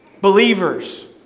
Believers